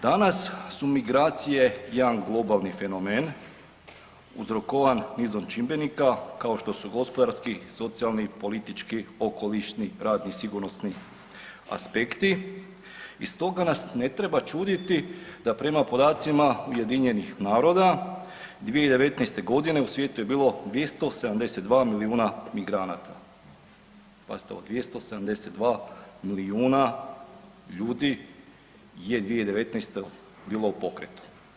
Danas su migracije jedan globalni fenomen uzrokovan nizom čimbenika kao su gospodarski, socijalni, politički, okolišni, radni i sigurnosni aspekti i stoga nas ne treba čuditi da prema podacima UN-a 2019. godine u svijetu je bilo 272 miliona migranata, pazite ovo 272 milijuna ljudi je 2019. bilo u pokretu.